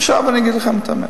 עכשיו אני אגיד לכם את האמת.